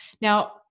Now